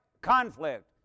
conflict